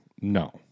No